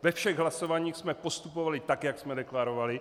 Ve všech hlasováních jsme postupovali tak, jak jsme deklarovali.